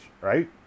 right